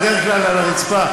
בדרך כלל על הרצפה.